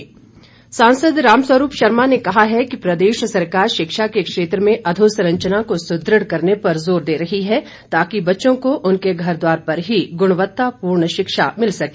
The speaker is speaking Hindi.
रामस्वरूप सांसद रामस्वरूप शर्मा ने कहा है कि प्रदेश सरकार शिक्षा के क्षेत्र में अधोसंरचना को सुदृढ़ करने पर जोर दे रही है ताकि बच्चों को उनके घर द्वार पर ही गुणवत्तापूर्ण शिक्षा मिल सके